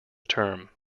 term